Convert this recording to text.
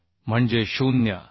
85 L म्हणजे 0